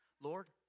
Lord